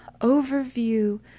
overview